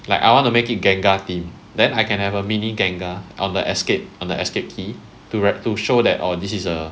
like I want to make it gengar theme then I can have a mini gengar on the escape on the escape key to wrap to show that this is a